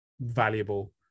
valuable